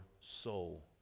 soul